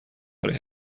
برای